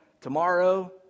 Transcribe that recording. tomorrow